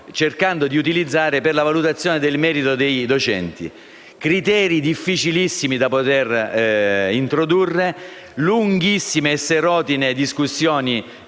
prime settimane per la valutazione del merito dei docenti? Criteri difficilissimi da introdurre, lunghissime e serotine discussioni